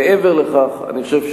מעבר לכך אני חושב,